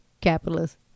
capitalist